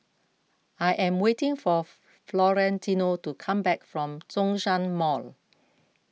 I am waiting for Florentino to come back from Zhongshan Mall